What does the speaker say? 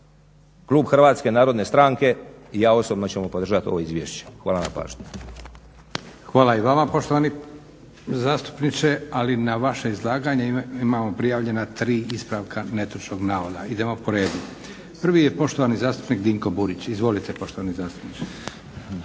klub HNS-a i ja osobno ćemo podržati ovo izvješće. Hvala na pažnji. **Leko, Josip (SDP)** Hvala i vama poštovani zastupniče. Ali na vaše izlaganje imamo prijavljena 3 ispravka netočnog navoda. Idemo po redu. Prvi je poštovani zastupnik Dinko Burić. Izvolite poštovani zastupniče.